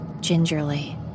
Gingerly